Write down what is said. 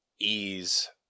ease